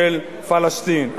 של פלסטין,